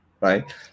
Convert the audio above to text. right